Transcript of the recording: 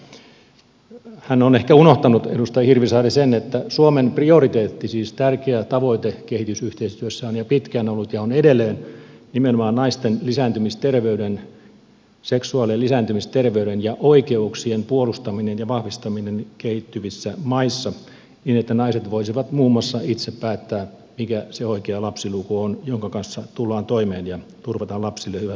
edustaja hirvisaari on ehkä unohtanut sen että suomen prioriteetti siis tärkeä tavoite kehitysyhteistyössä on jo pitkään ollut ja on edelleen nimenomaan naisten seksuaali ja lisääntymisterveyden ja oikeuksien puolustaminen ja vahvistaminen kehittyvissä maissa niin että naiset voisivat muun muassa itse päättää mikä on se oikea lapsiluku jonka kanssa tullaan toimeen ja turvataan lapsille hyvä tulevaisuus